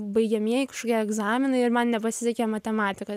baigiamieji egzaminai ir man nepasisekė matematika